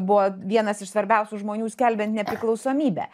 buvo vienas iš svarbiausių žmonių skelbiant nepriklausomybę